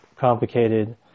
complicated